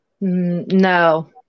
No